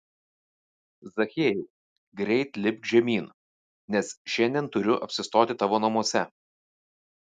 zachiejau greit lipk žemyn nes šiandien turiu apsistoti tavo namuose